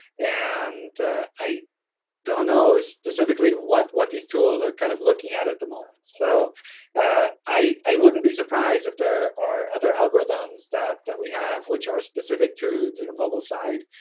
and i don't know specifically what what these tools are kind of looking at at the moment. so i wouldn't be surprised if there are other algorithms that that we have which are specific to the and mobile side.